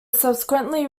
subsequently